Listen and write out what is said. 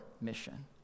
mission